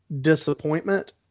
disappointment